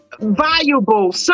valuable